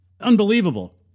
Unbelievable